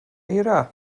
eira